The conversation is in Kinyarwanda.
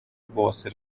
rwose